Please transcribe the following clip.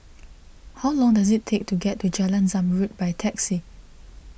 how long does it take to get to Jalan Zamrud by taxi